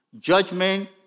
Judgment